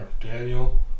Daniel